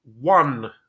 one